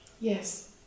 Yes